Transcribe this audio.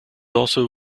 also